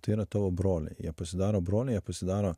tai yra tavo broliai jie pasidaro broliai jie pasidaro